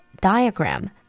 diagram